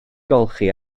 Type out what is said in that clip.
golchi